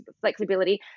flexibility